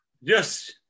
Yes